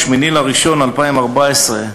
ב-8 בינואר 2014,